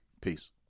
Peace